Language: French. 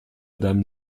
dame